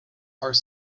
are